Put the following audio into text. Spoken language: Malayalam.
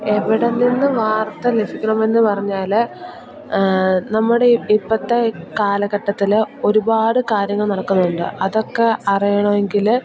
എവിടെ നിന്ന് വാർത്ത ലഭിക്കണമെന്ന് പറഞ്ഞാൽ നമ്മുടെ ഇപ്പോഴത്തെ കാലഘട്ടത്തിൽ ഒരുപാട് കാര്യങ്ങൾ നടക്കുന്നുണ്ട് അതൊക്കെ അറിയണമെങ്കിൽ